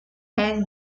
and